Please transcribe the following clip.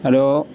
hello